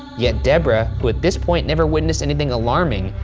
yet debra, who at this point never witnessed anything alarming,